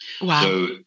Wow